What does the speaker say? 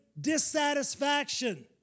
dissatisfaction